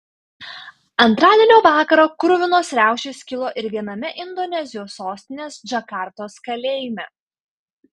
antradienio vakarą kruvinos riaušės kilo ir viename indonezijos sostinės džakartos kalėjime